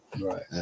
Right